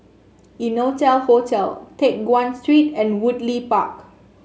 Innotel Hotel Teck Guan Street and Woodleigh Park